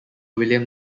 william